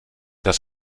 das